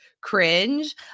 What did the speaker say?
cringe